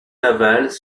navales